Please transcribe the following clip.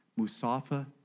Musafa